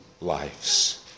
lives